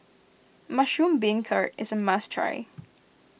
Mushroom Beancurd is a must try